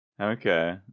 Okay